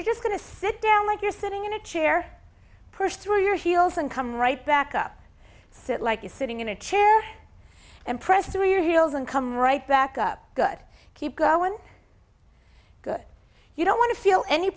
you're just going to sit down like you're sitting in a chair push through your heels and come right back up sit like you're sitting in a chair and press through your heels and come right back up good keep one good you don't want to feel any